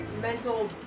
mental